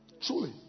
Truly